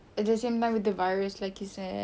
at the same time with the virus like you said